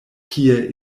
kie